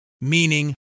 meaning